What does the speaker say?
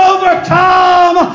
Overcome